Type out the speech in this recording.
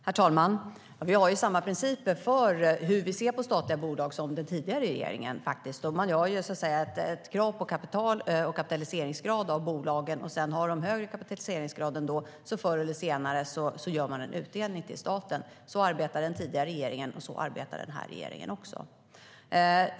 Herr talman! Vi har faktiskt samma principer som den tidigare regeringen när det gäller hur vi ser på statliga bolag. Man har krav på kapital och kapitaliseringsgrad i fråga om bolagen. Har de högre kapitaliseringsgrad gör de förr eller senare en utdelning till staten. Så arbetade den tidigare regeringen, och så arbetar den här regeringen också.